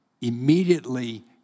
immediately